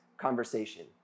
conversation